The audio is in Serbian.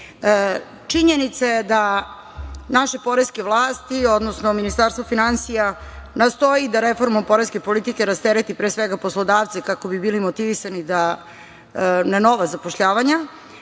godine. Činjenica je da naše poreske vlasti, odnosno Ministarstvo finansija, nastoji da reformom poreske politike rastereti pre svega poslodavce kako bi bili motivisani na nova zapošljavanja,